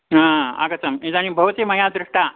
हा आगतम् इदानीं भवती मया दृष्टा